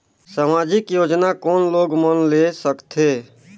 समाजिक योजना कोन लोग मन ले सकथे?